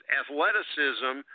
athleticism